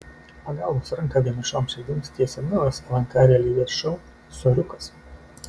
pagalbos ranką vienišoms širdims tiesia naujas lnk realybės šou soriukas